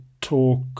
talk